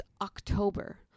October